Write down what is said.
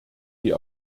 die